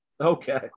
Okay